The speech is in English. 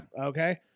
Okay